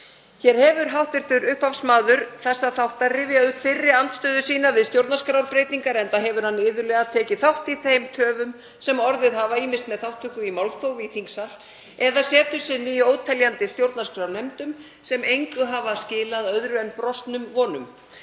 Upphafsmaður umræðunnar hefur rifjað upp fyrri andstöðu sína við stjórnarskrárbreytingar enda hefur hann iðulega tekið þátt í þeim töfum sem orðið hafa, ýmist með þátttöku í málþófi í þingsal eða setu sinni í óteljandi stjórnarskrárnefndum sem engu hafa skilað öðru en brostnum vonum.